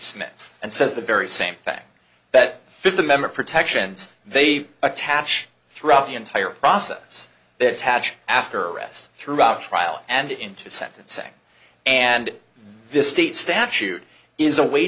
smith and says the very same thing that fifth amendment protections they attach throughout the entire process they attach after arrest throughout trial and into sentencing and this state statute is a way